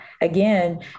Again